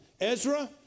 Ezra